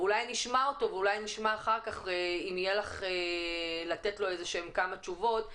אולי נשמע אותו ונשמע אחר כך אם יהיה לך לתת לו כמה תשובות,